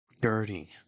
dirty